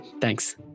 Thanks